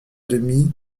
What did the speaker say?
demi